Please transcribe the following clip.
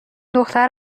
دختر